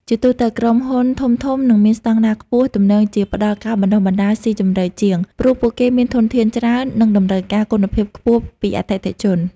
ជាទូទៅ ក្រុមហ៊ុនធំៗ និងមានស្តង់ដារខ្ពស់ ទំនងជាផ្តល់ការបណ្តុះបណ្តាលស៊ីជម្រៅជាង ព្រោះពួកគេមានធនធានច្រើន និងតម្រូវការគុណភាពខ្ពស់ពីអតិថិជន។